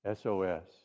SOS